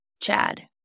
Chad